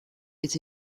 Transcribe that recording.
est